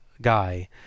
guy